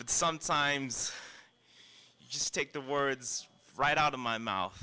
but sometimes i just take the words right out of my mouth